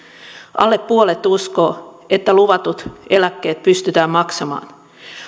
alle puolet uskoo että luvatut eläkkeet pystytään maksamaan